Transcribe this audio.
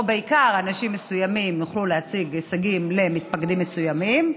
או בעיקר אנשים מסוימים יוכלו להציג הישגים למתפקדים מסוימים,